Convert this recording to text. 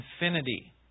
infinity